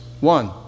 One